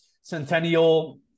Centennial